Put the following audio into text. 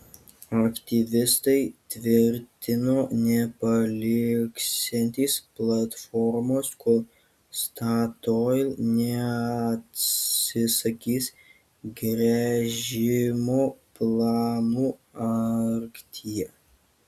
aktyvistai tvirtino nepaliksiantys platformos kol statoil neatsisakys gręžimo planų arktyje